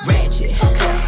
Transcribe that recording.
Ratchet